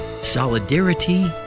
solidarity